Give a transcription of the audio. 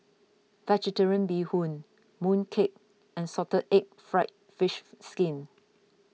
Vegetarian Bee Hoon Mooncake and Salted Egg Fried Fish Skin